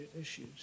issues